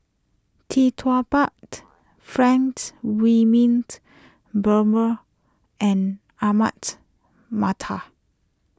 Tee Tua Ba Franks Wilmint Brewer and Ahmad Mattar